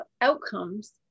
outcomes